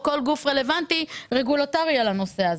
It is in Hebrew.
או כל גוף רגולטורי רלוונטי על הנושא הזה.